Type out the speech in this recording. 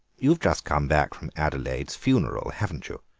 you've just come back from adelaide's funeral, haven't you?